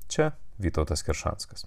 čia vytautas keršanskas